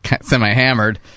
semi-hammered